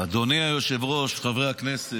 אדוני היושב-ראש, חברי הכנסת.